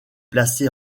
placée